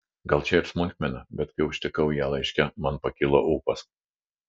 gal čia ir smulkmena bet kai užtikau ją laiške man pakilo ūpas